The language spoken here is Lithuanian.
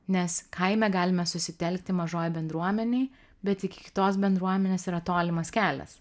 nes kaime galime susitelkti mažoj bendruomenėj bet iki kitos bendruomenės yra tolimas kelias